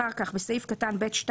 אחר כך, בסעיף קטן (ב)(2),